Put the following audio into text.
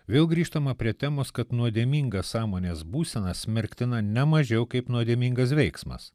vėl grįžtama prie temos kad nuodėminga sąmonės būsena smerktina ne mažiau kaip nuodėmingas veiksmas